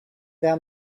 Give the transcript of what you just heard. down